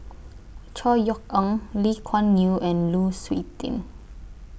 Chor Yeok Eng Lee Kuan Yew and Lu Suitin